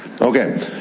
Okay